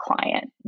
client